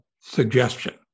suggestion